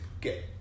get